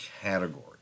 category